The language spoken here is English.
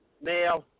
Now